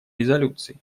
резолюции